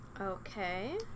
Okay